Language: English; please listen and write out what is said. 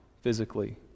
physically